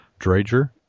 Drager